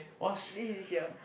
this is this year